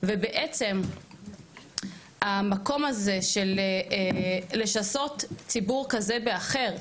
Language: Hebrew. ובעצם המקום הזה של לשסות ציבור כזה באחר,